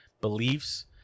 beliefs